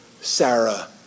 Sarah